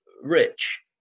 Rich